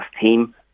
team